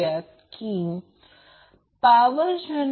आता 3 केस आहेत तर केस 1 लोड